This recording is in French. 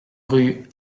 rue